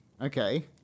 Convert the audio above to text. Okay